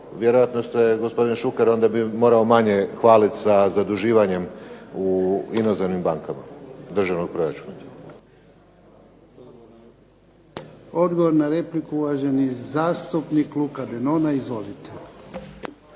vjerojatno gospodine Šuker onda bi se morao manje hvaliti sa zaduživanjem u inozemnim bankama državnog proračuna. **Jarnjak, Ivan (HDZ)** Odgovor na repliku, uvaženi zastupnik Luka Denona. Izvolite.